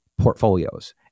portfolios